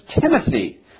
Timothy